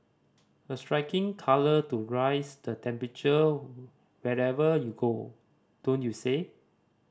a striking colour to rise the temperature wherever you go don't you say